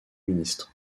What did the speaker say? ministre